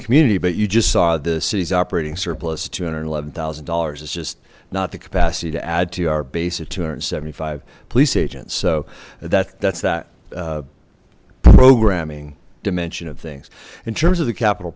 community but you just saw the city's operating surplus two hundred and eleven thousand dollars it's just not the capacity to add to our base of two hundred and seventy five police agents so that that's that programming dimension of things in terms of the capit